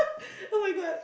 oh-my-God